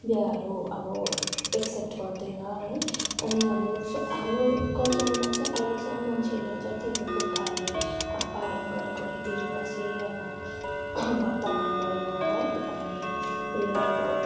बिहाहरू अब एक्सेप्ट गर्दैन है अनि हाम्रो हाम्रो कल्चरमा चाहिँ अहिलेसम्म मान्छेले जति हाम्रो पुर्खाहरूले पालन गरेको रीतिरिवाज यही अब वर्तमान भयो है अनि यही अब